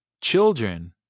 Children